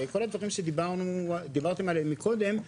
כל הדברים שדיברתם עליהם מקודם,